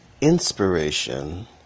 inspiration